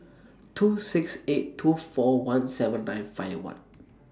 two six eight two four one seven nine five one